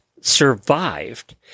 Survived